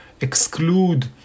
exclude